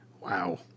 wow